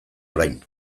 orain